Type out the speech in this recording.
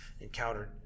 encountered